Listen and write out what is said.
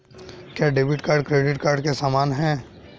क्या debit card credit card के समान है?